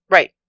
Right